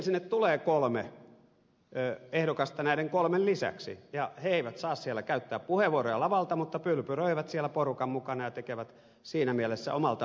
sinne tulee kolme ehdokasta näiden kolmen lisäksi ja he eivät saa siellä käyttää puheenvuoroja lavalta mutta pylpyröivät siellä porukan mukana ja tekevät siinä mielessä omalta osaltaan vaalityötä